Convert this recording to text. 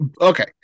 Okay